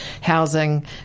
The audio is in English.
housing